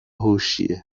هوشیه